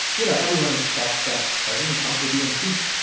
you know, everyone expects that president trump will be impeached.